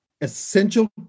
essential